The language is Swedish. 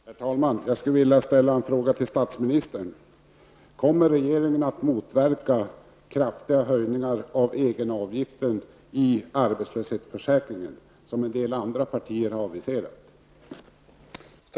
Herr talman! Jag skulle vilja ställa en fråga till statsministern: Kommer regeringen att motverka kraftiga höjningar av egenavgiften i arbetslöshetsförsäkringen, som en del partier har aviserat?